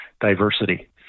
diversity